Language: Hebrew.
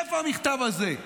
איפה המכתב הזה?